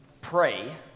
pray